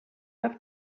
have